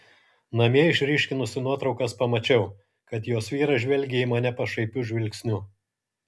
namie išryškinusi nuotraukas pamačiau kad jos vyras žvelgia į mane pašaipiu žvilgsniu